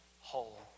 whole